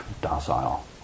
docile